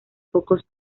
pocos